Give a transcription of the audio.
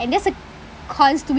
I guess it caused me